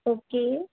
okay